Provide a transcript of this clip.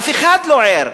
אף אחד לא ער.